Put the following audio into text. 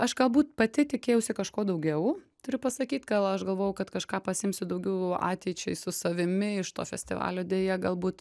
aš galbūt pati tikėjausi kažko daugiau turiu pasakyt gal aš galvojau kad kažką pasiimsiu daugiau ateičiai su savimi iš to festivalio deja galbūt